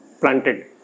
planted